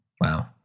Wow